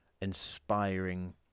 inspiring